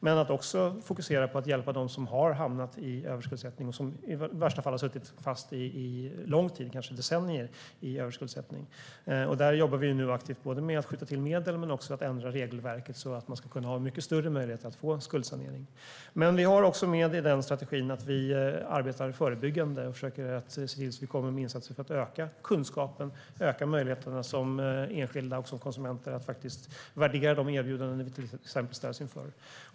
Det handlar också om att hjälpa dem som har hamnat i överskuldsättning och som i värsta fall har suttit fast i det under lång tid, kanske i decennier. Där jobbar vi nu aktivt med att skjuta till medel och också att ändra regelverket så att det ska finnas mycket större möjligheter att få skuldsanering. I strategin ingår också att vi jobbar förebyggande och försöker se till att göra insatser för att öka kunskapen och öka möjligheterna för konsumenter att värdera de erbjudanden som de ställs inför.